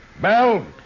bell